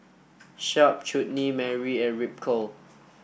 Sharp Chutney Mary and Ripcurl